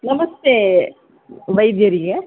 ನಮಸ್ತೆ ವೈದ್ಯರಿಗೆ